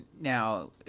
Now